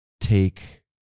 take